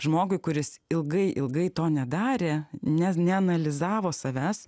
žmogui kuris ilgai ilgai to nedarė ne neanalizavo savęs